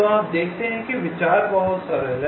तो आप देखते हैं कि विचार बहुत सरल है